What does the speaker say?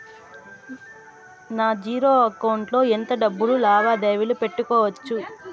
నా zero account లో ఎంత డబ్బులు లావాదేవీలు పెట్టుకోవచ్చు?